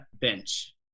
bench